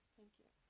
thank you,